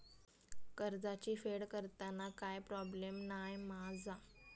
कर्जाची फेड करताना काय प्रोब्लेम नाय मा जा?